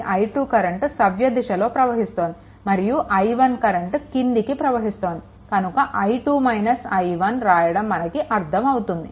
ఈ i2 current సవ్య దిశలో ప్రవహిస్తోంది మరియు i1 కరెంట్ క్రిందికి ప్రవహిస్తోంది కాబట్టి i2 - i1 వ్రాయడం మనకి అర్థం అవుతుంది